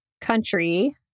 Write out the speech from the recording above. country